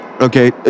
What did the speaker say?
Okay